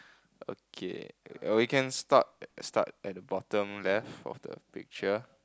okay or we can start start at the bottom left of the picture